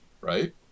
right